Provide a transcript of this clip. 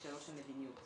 זה שאלות של מדיניות.